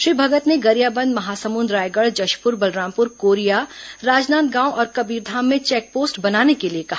श्री भगत ने गरियाबंद महासमुंद रायगढ़ जशपुर बलरामपुर कोरिया राजनांदगांव और कबीरधाम में चेक पोस्ट बनाने के लिए कहा